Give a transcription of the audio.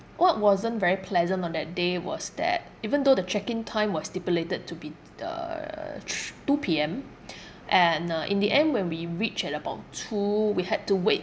what wasn't very pleasant on that day was that even though the check in time was stipulated to be uh thr~ two P_M and uh in the end when we reached at about two we had to wait